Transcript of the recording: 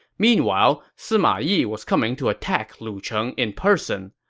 meanwhile, sima yi was coming to attack lucheng in person.